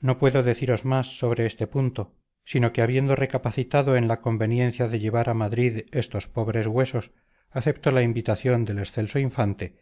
no puedo deciros más sobre este punto sino que habiendo recapacitado en la conveniencia de llevar a madrid estos pobres huesos acepto la invitación del excelso infante